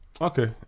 Okay